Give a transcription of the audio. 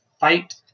fight